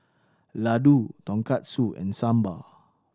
Ladoo Tonkatsu and Sambar